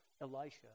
Elisha